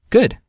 Good